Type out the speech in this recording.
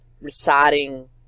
reciting